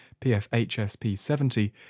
PFHSP70